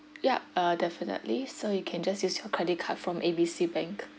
yup uh definitely so you can just use your credit card from A B C bank